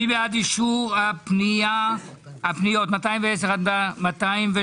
מי בעד אישור פניות 210 213?